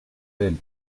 del